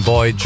Boy